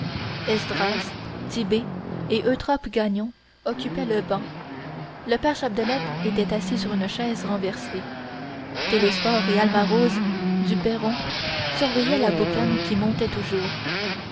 et eutrope gagnon occupaient le banc le père chapdelaine était assis sur une chaise renversée télesphore et alma rose du perron surveillaient la boucane qui montait toujours